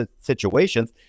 situations